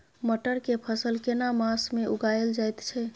मटर के फसल केना मास में उगायल जायत छै?